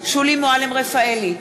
שולי מועלם-רפאלי,